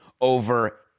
over